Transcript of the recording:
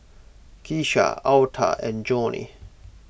Kisha Alta and Johnie